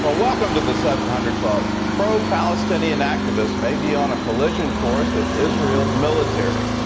but welcome to the seven hundred club. pro-palestinian activists may be on a collision course with israel's military.